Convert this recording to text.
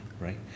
right